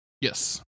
yes